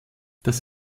das